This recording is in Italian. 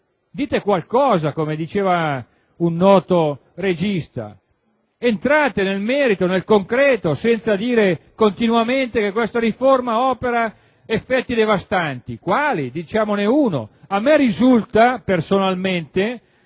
dite qualcosa, come diceva un noto regista, entrate nel merito, nel concreto, senza ripetere continuamente che la riforma opera effetti devastanti: fatemi un